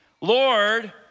Lord